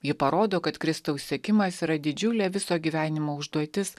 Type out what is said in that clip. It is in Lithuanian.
ji parodo kad kristaus sekimas yra didžiulė viso gyvenimo užduotis